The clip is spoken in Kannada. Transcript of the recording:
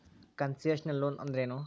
ಕನ್ಸೆಷನಲ್ ಲೊನ್ ಅಂದ್ರೇನು?